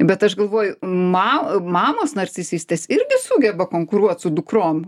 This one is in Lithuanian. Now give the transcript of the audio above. bet aš galvoju ma mamos narcisistės irgi sugeba konkuruot su dukrom